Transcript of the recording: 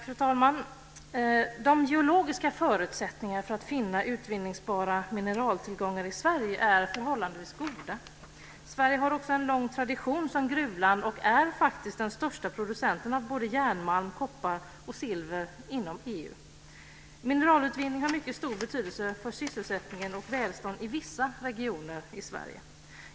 Fru talman! De geologiska förutsättningarna för att finna utvinningsbara mineraltillgångar i Sverige är förhållandevis goda. Sverige har också en lång tradition som gruvland och är faktiskt den största producenten av järnmalm, koppar och silver inom EU. Mineralutvinningen har mycket stor betydelse för sysselsättningen och välståndet i vissa regioner i Sverige.